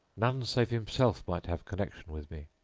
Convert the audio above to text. none save himself might have connexion with me.